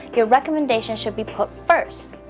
your recommendation should be put first,